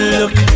look